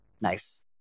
Nice